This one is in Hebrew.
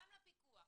גם לפיקוח.